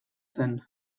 zen